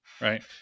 right